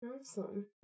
Awesome